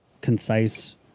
concise